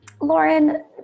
Lauren